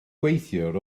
gweithiwr